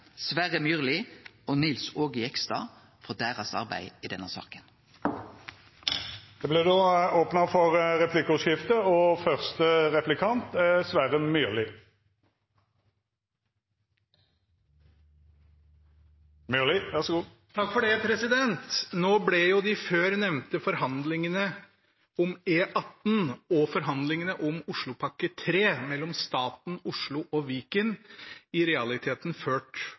Sverre Myrli og Nils Aage Jegstad, for arbeidet deira i denne saka. Det vert replikkordskifte. Nå ble de før nevnte forhandlingene om E18 og forhandlingene om Oslopakke 3 mellom staten, Oslo og Viken i realiteten ført parallelt. Etter at man da ikke kom til enighet om E18, kom man heller ikke videre med Oslopakke